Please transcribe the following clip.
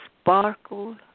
sparkle